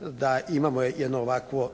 da imamo jedno ovakvo,